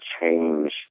change